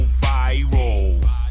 viral